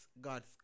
God's